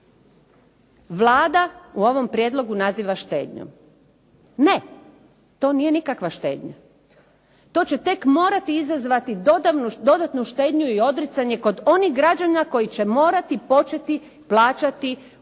Vlada u ovom prijedlogu naziva štednjom. Ne, to nije nikakva štednja. To će tek morati izazvati dodatnu štednju i odricanje kod onih građana koji će morati početi plaćati ovaj